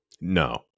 no